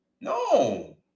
No